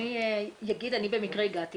אני אגיד, אני במקרה הגעתי